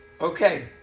Okay